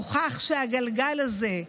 הוכח שהגלגל הזה,